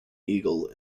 eagle